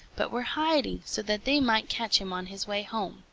but were hiding so that they might catch him on his way home.